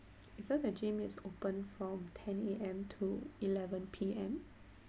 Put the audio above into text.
so the gym is open from ten A_M to eleven P_M